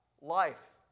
life